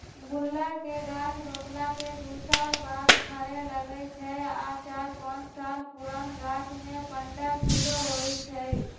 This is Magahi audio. गुल्लर के गाछ रोपला के दू साल बाद फरे लगैए छइ आ चार पाच साल पुरान गाछमें पंडह किलो होइ छइ